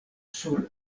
sur